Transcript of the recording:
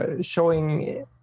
showing